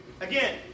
Again